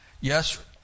yes